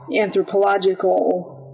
anthropological